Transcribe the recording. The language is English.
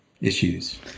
issues